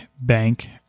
bank